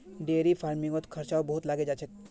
dairy फ़ार्मिंगत खर्चाओ बहुत लागे जा छेक